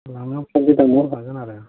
लांनायाव खालि दानहरखागोन आरो